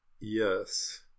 Yes